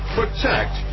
protect